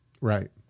Right